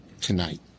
tonight